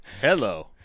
Hello